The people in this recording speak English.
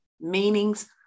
meanings